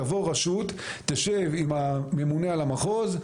תבוא רשות, תשב עם הממונה על המחוז,